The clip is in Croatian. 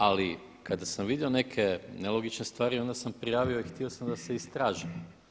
Ali kada sam vidio neke nelogičnosti onda sam prijavio i htio sam da se istraže.